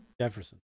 Jefferson